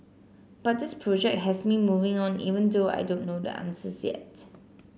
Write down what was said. but this project has me moving on even though I don't know the answers yet